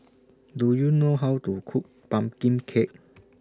Do YOU know How to Cook Pumpkin Cake